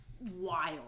Wild